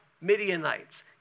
Midianites